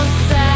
sad